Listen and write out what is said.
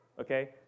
okay